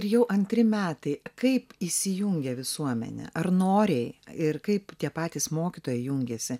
jau antri metai kaip įsijungia visuomenė ar noriai ir kaip tie patys mokytojai jungiasi